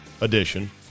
edition